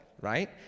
right